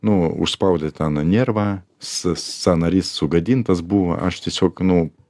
nu užspaudė ten nervą s sąnarys sugadintas buvo aš tiesiog nu